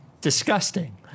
disgusting